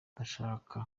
ndashaka